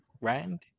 rand